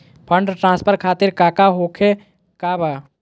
Fund transfer खातिर काका होखे का बा?